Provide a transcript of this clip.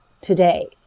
today